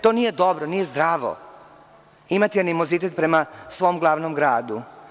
To nije dobro, nije zdravo imati animozitet prema svom glavnom gradu.